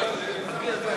רבותי חברי הכנסת,